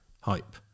hype